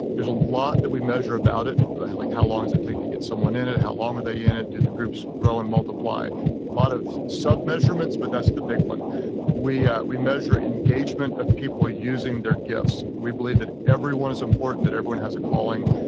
there's a lot that we measure about it like like how long does it take to get someone in it. how long are they in it? do the groups grow and multiply? a lot of sub measurements, but that's the big one we ah we measure engagement of people using their gifts. we believe that everyone is important. that everyone has a calling.